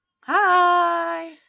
Hi